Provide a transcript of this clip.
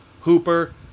Hooper